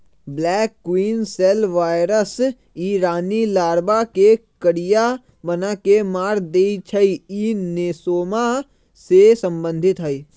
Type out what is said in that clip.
black queen cell virus इ रानी larva के करिया बना के मार देइ छइ इ नेसोमा से सम्बन्धित हइ